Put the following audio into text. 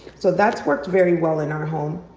so that's worked very well in our home.